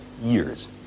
years